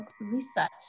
research